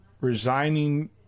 resigning